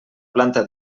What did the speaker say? planta